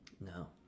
No